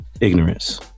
ignorance